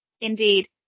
Indeed